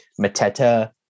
Mateta